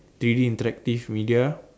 three D interactive media